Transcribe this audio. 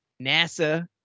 NASA